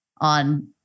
on